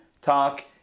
talk